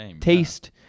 taste